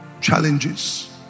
challenges